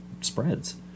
spreads